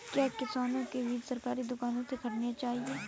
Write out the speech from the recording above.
क्या किसानों को बीज सरकारी दुकानों से खरीदना चाहिए?